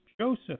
Joseph